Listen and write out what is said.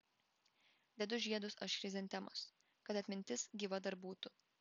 dedu žiedus aš chrizantemos kad atmintis gyva dar būtų